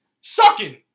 sucking